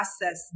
process